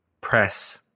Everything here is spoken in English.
press